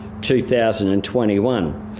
2021